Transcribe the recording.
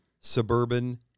suburban